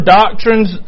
doctrines